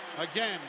Again